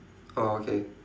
oh okay